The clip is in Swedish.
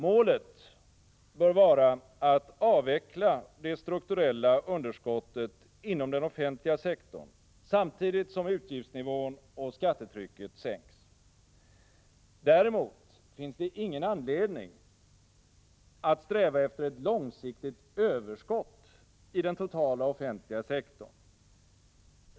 Målet bör vara att avveckla det strukturella underskottet inom den offentliga sektorn, samtidigt som utgiftsnivån och skattetrycket sänks. Däremot finns det ingen anledning att sträva efter ett långsiktigt överskott i den totala offentliga sektorn.